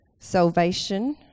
salvation